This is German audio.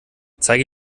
zeige